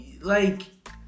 Like-